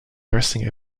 nursing